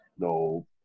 no